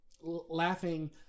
laughing